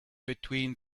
between